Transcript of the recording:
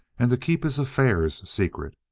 and to keep his affairs secret.